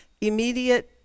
Immediate